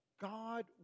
God